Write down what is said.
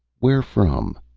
where from?